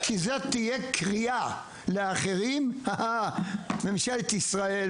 כי זאת תהיה קריאה לאחרים: "ממשלת ישראל,